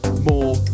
more